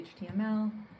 HTML